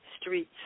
streets